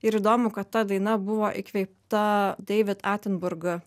ir įdomu kad ta daina buvo įkvėpta deivid atinburg